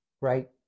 right